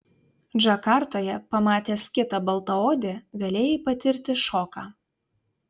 džakartoje pamatęs kitą baltaodį galėjai patirti šoką